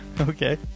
Okay